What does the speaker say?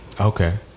Okay